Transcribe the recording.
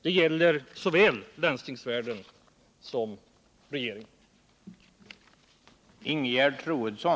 Det gäller såväl landstingsvärlden som regeringen.